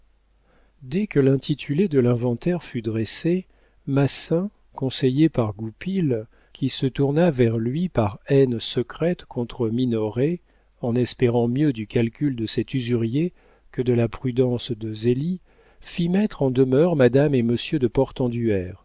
dès que l'intitulé de l'inventaire fut dressé massin conseillé par goupil qui se tourna vers lui par haine secrète contre minoret en espérant mieux du calcul de cet usurier que de la prudence de zélie fit mettre en demeure madame et monsieur de